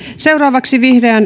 seuraavaksi vihreä